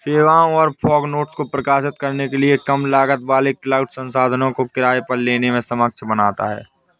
सेवाओं और fog nodes को प्रकाशित करने के लिए कम लागत वाले क्लाउड संसाधनों को किराए पर लेने में सक्षम बनाता है